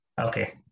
Okay